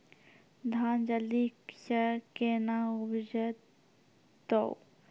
धान जल्दी से के ना उपज तो?